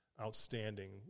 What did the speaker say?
outstanding